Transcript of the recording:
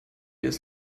ist